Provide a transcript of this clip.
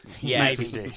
Yes